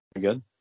good